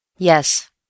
Yes